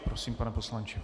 Prosím, pane poslanče.